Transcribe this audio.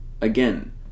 Again